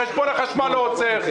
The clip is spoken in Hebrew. חשבון החשמל לא עוצר,